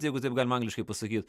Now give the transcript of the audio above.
jeigu taip galima angliškai pasakyt